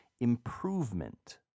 improvement